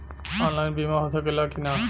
Online बीमा हो सकेला की ना?